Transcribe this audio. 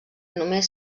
només